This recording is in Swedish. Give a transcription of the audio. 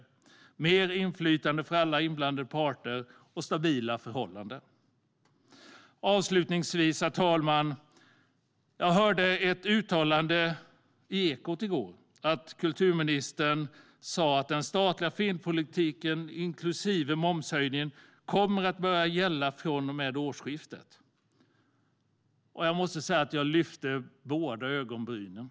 Det innebär mer inflytande för alla inblandade parter och stabila förhållanden. Avslutningsvis, herr talman, hörde jag ett uttalande i Ekot i går. Kulturministern sa att den statliga filmpolitiken, inklusive momshöjningen, kommer att börja gälla från och med årsskiftet. Jag måste säga att jag höjde båda ögonbrynen.